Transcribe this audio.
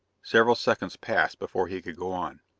several seconds passed before he could go on.